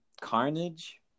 Carnage